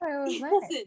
Listen